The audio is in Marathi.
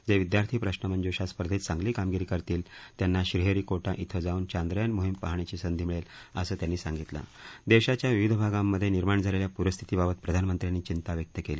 जे विदयार्थी प्रश्नमंजुषा स्पर्धेत चांगली कामगिरी करतील त्यांना श्रीहरीकोटा इथं जाऊन चांदयान मोहीम पहाण्याची संधी मिळेल असं त्यांनी सांगितलं देशाच्या विविध भागांमध्ये निर्माण झालेल्या प्रस्थितीबाबत प्रधानमंत्र्यांनी चिंता व्यक्त केली